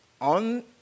on